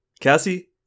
Cassie